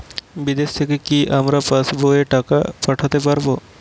বিদেশ থেকে কি আমার পাশবইয়ে টাকা পাঠাতে পারবে?